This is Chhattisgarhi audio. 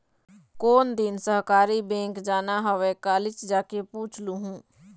कोन दिन सहकारी बेंक जाना हवय, कालीच जाके पूछ लूहूँ